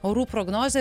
orų prognozė